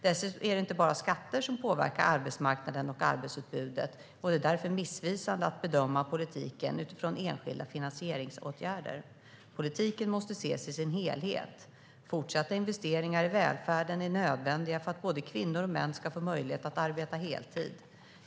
Dessutom är det inte bara skatter som påverkar arbetsmarknaden och arbetsutbudet, och det är därför missvisande att bedöma politiken utifrån enskilda finansieringsåtgärder. Politiken måste ses i sin helhet. Fortsatta investeringar i välfärden är nödvändiga för att både kvinnor och män ska få möjlighet att arbeta heltid.